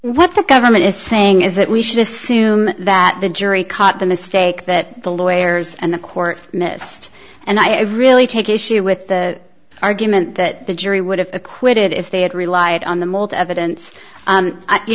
what the government is saying is that we should assume that the jury caught the mistake that the lawyers and the court missed and i really take issue with the argument that the jury would have acquitted if they had relied on the mold evidence